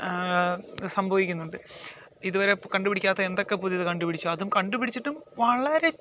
സംഭവിക്കുന്നുണ്ട് ഇതുവര കണ്ടുപിടിക്കാത്ത എന്തൊക്ക പുതിയത് കണ്ടുപിടിച്ചു അതും കണ്ടുപിടിച്ചിട്ടും വളരെ